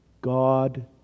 God